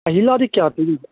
ꯑꯍꯤꯜꯂꯥꯗꯤ ꯀꯌꯥ ꯄꯤꯔꯤꯕ